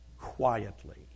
quietly